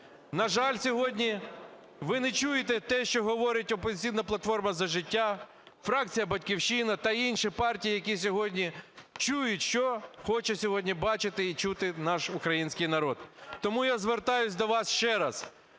На жаль, сьогодні ви не чуєте те, що говорить "Опозиційна платформа - За життя", фракція "Батьківщина" та інші партії, які сьогодні чують, що хоче сьогодні бачити і чути наш український народ. Тому я звертаюсь до вас ще раз.